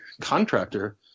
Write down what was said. contractor